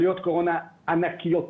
עלויות קורונה הן ענקיות.